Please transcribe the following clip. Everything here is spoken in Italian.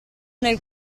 nel